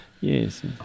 Yes